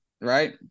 Right